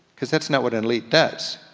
cause that's not what an elite does.